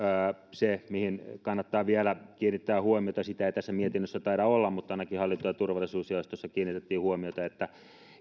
se mihin kannattaa vielä kiinnittää huomiota sitä ei tässä mietinnössä taida olla mutta ainakin hallinto ja turvallisuusjaostossa kiinnitettiin huomiota siihen on se että